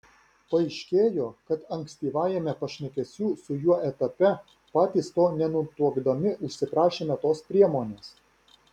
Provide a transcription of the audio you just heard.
paaiškėjo kad ankstyvajame pašnekesių su juo etape patys to nenutuokdami užsiprašėme tos priemonės